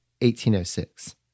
1806